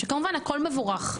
שכמובן הכל מבורך.